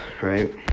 right